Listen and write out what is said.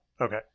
Okay